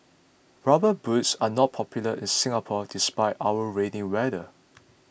rubber boots are not popular in Singapore despite our rainy weather